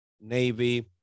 navy